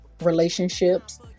relationships